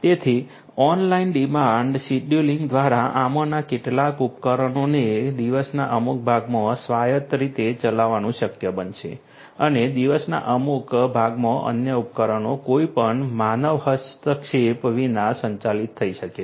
તેથી online demand scheduling દ્વારા આમાંના કેટલાક ઉપકરણોને દિવસના અમુક ભાગોમાં સ્વાયત્ત રીતે ચલાવવાનું શક્ય બનશે અને દિવસના અમુક અન્ય ભાગોમાં અન્ય ઉપકરણો કોઈપણ માનવ હસ્તક્ષેપ વિના સંચાલિત થઈ શકે છે